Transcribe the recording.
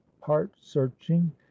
heart-searching